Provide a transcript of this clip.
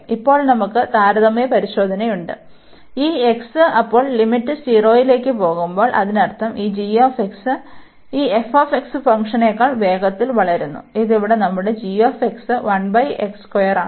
ഇപ്പോൾ നമുക്ക് താരതമ്യ പരിശോധനയുണ്ട് ഈ x അപ്പോൾ ലിമിറ്റ് 0 ലേക്ക് പോകുമ്പോൾ അതിനർത്ഥം ഈ g ഈ f ഫംഗ്ഷനേക്കാൾ വേഗത്തിൽ വളരുന്നു ഇത് ഇവിടെ നമ്മുടെ g ആണ്